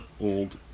old